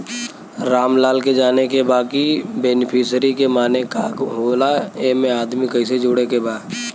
रामलाल के जाने के बा की बेनिफिसरी के माने का का होए ला एमे आदमी कैसे जोड़े के बा?